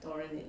torrent it